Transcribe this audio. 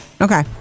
Okay